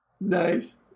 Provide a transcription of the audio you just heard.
Nice